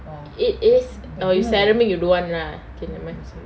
it is oh it's ceramic you don't want lah okay never mind